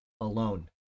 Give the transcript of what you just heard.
alone